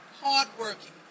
hardworking